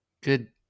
good